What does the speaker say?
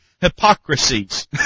hypocrisies